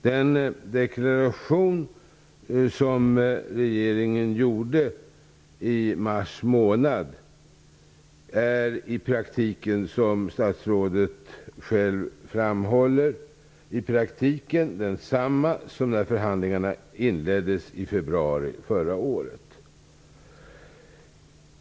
Den deklaration som regeringen gjorde i mars månad är, som statsrådet själv framhåller, i praktiken densamma som när förhandlingarna inleddes i februari förra året.